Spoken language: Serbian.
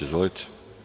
Izvolite.